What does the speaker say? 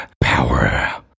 power